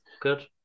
Good